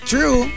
True